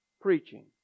preaching